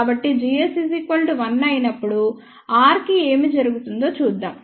కాబట్టి gs 1 అయినప్పుడు r కి ఏమి జరుగుతుందో చూద్దాం